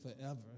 forever